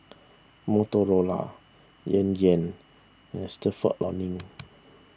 Motorola Yan Yan and Stalford Learning